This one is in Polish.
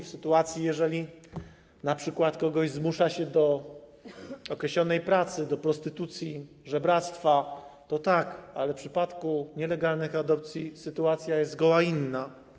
W sytuacji kiedy np. kogoś zmusza się do określonej pracy, do prostytucji, żebractwa, to tak, ale w przypadku nielegalnych adopcji sytuacja jest zgoła inna.